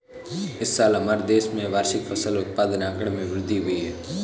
इस साल हमारे देश में वार्षिक फसल उत्पादन आंकड़े में वृद्धि हुई है